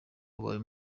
abaye